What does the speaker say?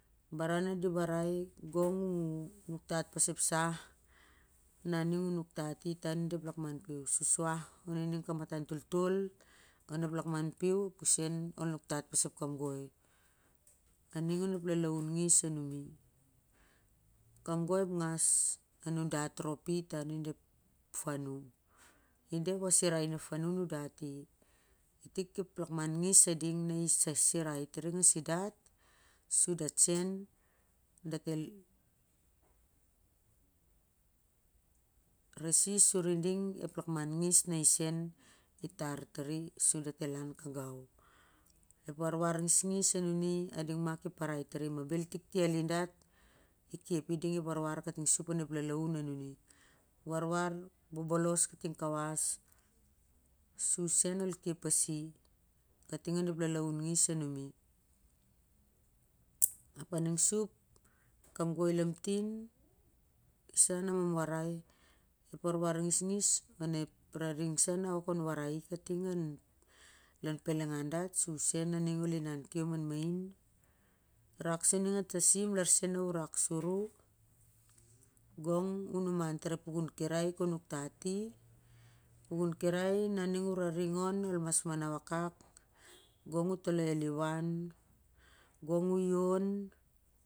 Baran na di warai i gong u nuktat pas ep sah na u nuktat ta on i da ep lukman piu, susuaha, i ning to kamatau toltol to on ep lakman piu u sen ol nuktat pas ep kamgoi aning onep lalaun ngis anum i. Kamgoi ep ngas a nudat ropita on i da ep fauu i da ep wasira in ep fauu nudat i itik ep lakman ngis na ding i sirai tar i na sin dat su datsen dat el resis suiding ep lakman ngis na i tar tari su dat el lau ka gen, ep wa rwar ngis ading ki parai tari ma bel tik ti alin dat i kep iding ki ep warwar kating on ep lak un a nuni, warwar bobols kating kawas su sen ol kepasi kating onep lalaun ngis anuni, ap a ning sup ep kamgoi lamtin isa na mam warai ep warwar ngingis onep raring sa na mam warai ting an lou pelengau dat su u sen a ning ol inan kiom am main, rak su ning a tasim lar sen na u rak suri gong u numan tar ep pukun kirai kou nuktati, pukuu kirai na ning u raring on, gong u toloi a liwan, gong u ion.